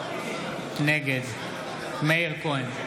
נגד מאיר כהן,